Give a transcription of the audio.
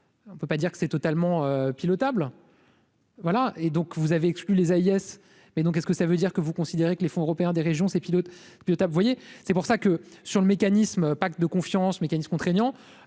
On peut pas dire que c'est totalement pilotable. Voilà et donc vous avez exclu les Hayes mais donc est-ce que ça veut dire que vous considérez que les fonds européens, des régions, ces pilotes pilotable voyez, c'est pour ça que sur le mécanisme pacte de confiance mécanisme contraignant